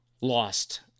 lost